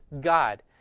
God